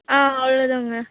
ஆ அவ்வளோதாங்க